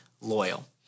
loyal